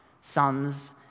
sons